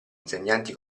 insegnanti